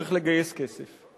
צריך לגייס כסף.